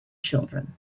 children